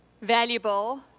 valuable